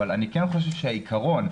אבל אני חושב שהעיקרון,